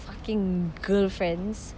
fucking girlfriends